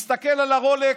מסתכל על הרולקס,